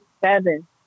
Seven